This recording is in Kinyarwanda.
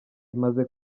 imaze